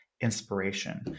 inspiration